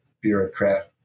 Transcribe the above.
bureaucrat